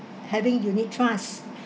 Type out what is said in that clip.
having unit trust